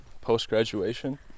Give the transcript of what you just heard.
post-graduation